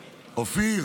אופיר.